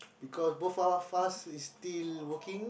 because both of us is still working